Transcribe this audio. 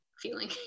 feeling